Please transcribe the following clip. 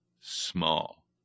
small